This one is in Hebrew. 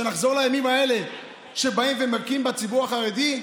שנחזור לימים האלה שבאים ומכים בציבור החרדי?